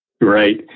Right